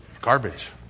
garbage